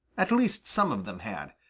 at least some of them had.